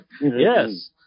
Yes